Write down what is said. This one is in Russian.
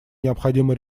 необходимо